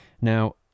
Now